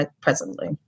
presently